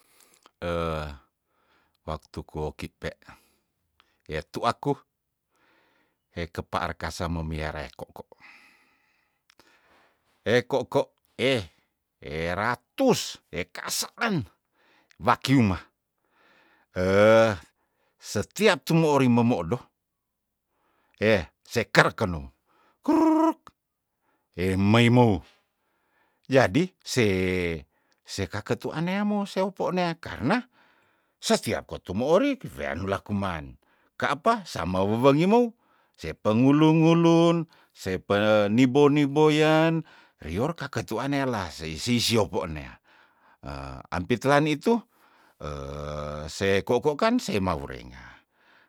waktu koki pe etuakuh he kepaar kasem memiarekoko, hekoko eh eratus, ekaasaan wakimah heh setiap tumo ori memoodo heh sekere keno krukk emeimou yadi se- sekaketu aneamou se opo nea karna setiap kotu omori weannulah kuman ka apa same wewongimou sepe ngulu- ngulun sepe nibo- niboyan rior kaketuan nealaseisi siopo nea he ampitran itu se koko kan se mawurenga